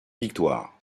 victoire